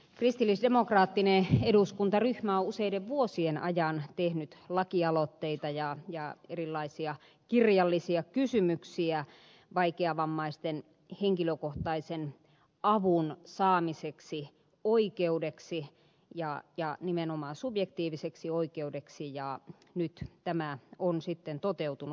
kristillisdemokraattinen eduskuntaryhmä on useiden vuosien ajan tehnyt lakialoitteita ja erilaisia kirjallisia kysymyksiä vaikeavammaisten henkilökohtaisen avun saamiseksi oikeudeksi ja nimenomaan subjektiiviseksi oikeudeksi ja nyt tämä on sitten toteutunut